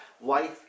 life